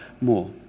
more